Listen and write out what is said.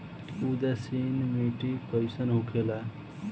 उदासीन मिट्टी कईसन होखेला?